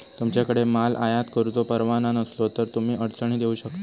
तुमच्याकडे माल आयात करुचो परवाना नसलो तर तुम्ही अडचणीत येऊ शकता